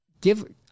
give